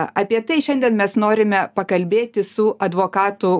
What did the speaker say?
apie tai šiandien mes norime pakalbėti su advokatu